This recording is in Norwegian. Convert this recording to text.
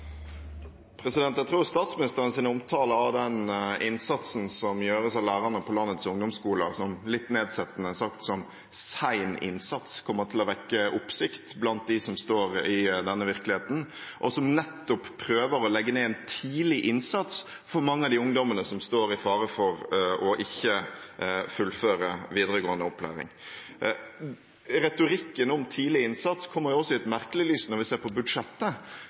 omtale av den innsatsen som gjøres av lærerne på landets ungdomsskoler – litt nedsettende sagt – som «sen innsats», kommer til å vekke oppsikt blant dem som står i denne virkeligheten, og som nettopp prøver å legge ned en tidlig innsats for mange av de ungdommene som står i fare for ikke å fullføre videregående opplæring. Retorikken om tidlig innsats kommer også i et merkelig lys når vi ser på budsjettet,